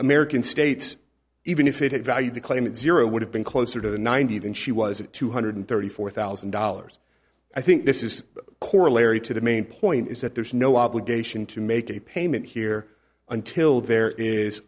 american states even if it had value the claimant zero would have been closer to the ninety than she was at two hundred thirty four thousand dollars i think this is a corollary to the main point is that there is no obligation to make a payment here until there is